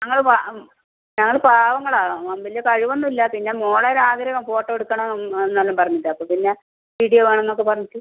ഞങ്ങൾ ഞങ്ങൽ പാവങ്ങളാണ് വലിയ കഴിവൊന്നും ഇല്ല പിന്നെ മകളെ ഒരാഗ്രഹം ഫോട്ടോ എടുക്കണം എന്നെല്ലാം പറഞ്ഞിട്ട് അപ്പോൾ പിന്നെ വീഡിയോ വേണമെന്നൊക്കെ പറഞ്ഞിട്ട്